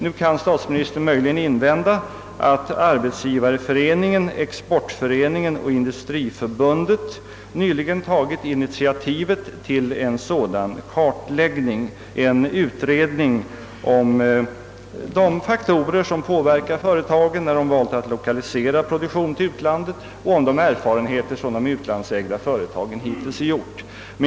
Nu kan statsministern möjligen invända att Arbetsgivareföreningen, Exportföreningen och Industriförbundet nyligen tagit initiativet till en sådan kartläggning, en utredning om de faktorer som påverkat företagen när de valt att lokalisera produktion till utlandet och om de erfarenheter som de utlandsägda företagen hittills gjort.